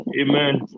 Amen